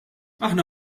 aħna